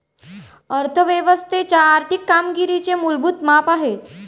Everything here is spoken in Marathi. अर्थ व्यवस्थेच्या आर्थिक कामगिरीचे मूलभूत माप आहे